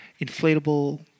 inflatable